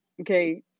okay